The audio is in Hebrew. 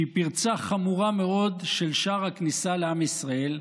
שהיא פרצה חמורה מאוד של שער הכניסה לעם ישראל,